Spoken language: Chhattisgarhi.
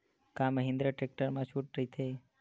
का महिंद्रा टेक्टर मा छुट राइथे?